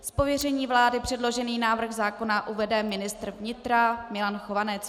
Z pověření vlády předložený návrh zákona uvede ministr vnitra Milan Chovanec.